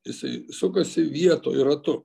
jisai sukasi vietoj ratu